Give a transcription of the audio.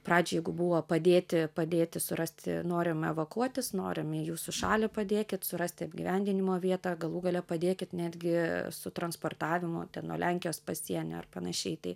pradžioj jeigu buvo padėti padėti surasti norim evakuotis norim į jūsų šalį padėkit surasti apgyvendinimo vietą galų gale padėkit netgi su transportavimu nuo lenkijos pasienio ir panašiai tai